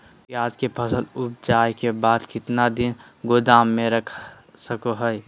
प्याज के फसल उपजला के बाद कितना दिन गोदाम में रख सको हय?